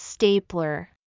Stapler